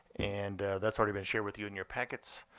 and that's already been shared with you in your packets.